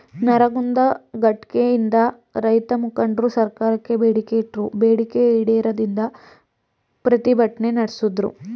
ನರಗುಂದ ಘಟ್ನೆಯಿಂದ ರೈತಮುಖಂಡ್ರು ಸರ್ಕಾರಕ್ಕೆ ಬೇಡಿಕೆ ಇಟ್ರು ಬೇಡಿಕೆ ಈಡೇರದಿಂದ ಪ್ರತಿಭಟ್ನೆ ನಡ್ಸುದ್ರು